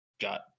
got